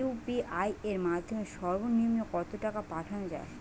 UPI এর মাধ্যমে সর্ব নিম্ন কত টাকা পাঠানো য়ায়?